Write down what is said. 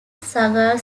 sagar